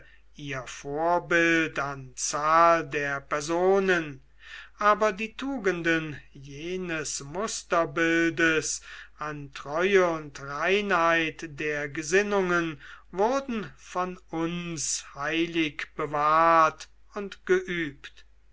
ihr vorbild an zahl der personen aber die tugenden jenes musterbildes an treue und reinheit der gesinnungen wurden von uns heilig bewahrt und geübt